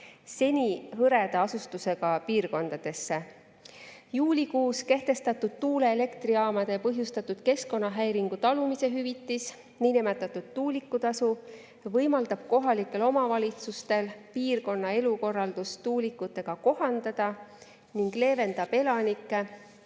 seni hõreda asustusega piirkondadesse. Juulikuus kehtestatud tuuleelektrijaamade põhjustatud keskkonnahäiringu talumise hüvitis, niinimetatud tuulikutasu, võimaldab kohalikel omavalitsustel piirkonna elukorraldust tuulikutega kohandada ning leevendab elanike